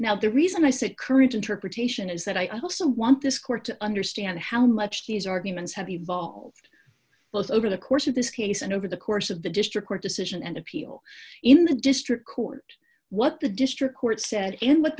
now the reason i said current interpretation is that i also want this court to understand how much these arguments have evolved over the course of this case and over the course of the district court decision and appeal in the district court what the district court said and what